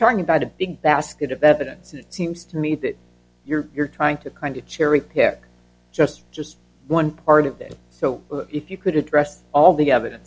talking about a big basket of evidence and it seems to me that you're trying to kind of cherry pick just just one part of it so if you could address al